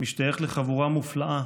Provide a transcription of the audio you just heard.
השתייך לחבורה מופלאה